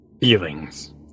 feelings